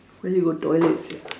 want go toilet sia